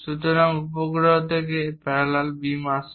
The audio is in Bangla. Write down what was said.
সুতরাং উপগ্রহ থেকে প্যারালাল বিম আসছে